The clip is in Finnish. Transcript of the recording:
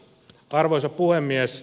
arvoisa puhemies